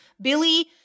Billy